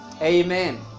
amen